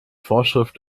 vorschrift